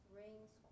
rings